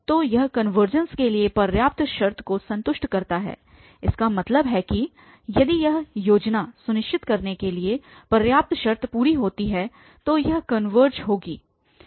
तो यह कनवर्जेंस के लिए पर्याप्त शर्त को संतुष्ट करता है इसका मतलब है कि यदि यह योजना सुनिश्चित करने के लिए पर्याप्त शर्त पूरी होती है तो यह कनवर्ज होगी